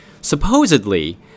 Supposedly